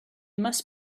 must